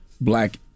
black